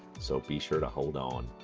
so be sure to hold on.